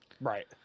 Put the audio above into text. Right